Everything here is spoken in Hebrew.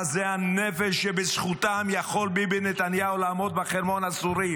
עזי הנפש שבזכותם יכול ביבי נתניהו לעמוד בחרמון הסורי